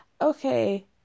okay